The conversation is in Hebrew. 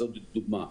זאת דוגמה.